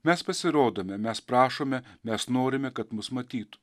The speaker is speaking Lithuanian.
mes pasirodome mes prašome mes norime kad mus matytų